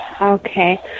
Okay